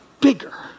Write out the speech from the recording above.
bigger